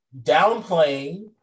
downplaying